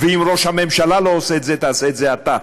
אם ראש הממשלה לא עושה את זה, עשה את זה אתה.